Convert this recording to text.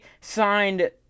signed